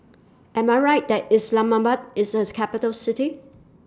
Am I Right that Islamabad IS A Capital City